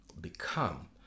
become